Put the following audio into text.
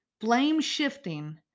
Blame-shifting